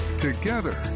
Together